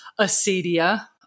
acedia